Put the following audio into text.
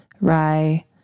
rye